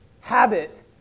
habit